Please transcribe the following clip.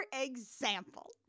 example